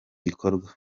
gikorwa